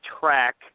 track